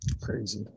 Crazy